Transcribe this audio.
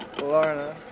Lorna